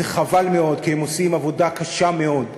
זה חבל מאוד, כי הם עושים עבודה קשה מאוד,